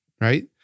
right